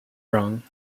wrong